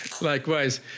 Likewise